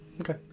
okay